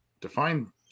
Define